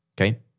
Okay